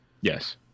Yes